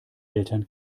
eltern